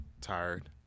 tired